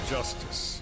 Justice